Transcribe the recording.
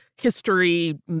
History